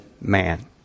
man